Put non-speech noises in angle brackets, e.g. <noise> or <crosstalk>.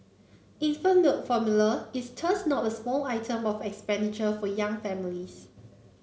infant milk formula is <unintelligible> not a small item of expenditure for young families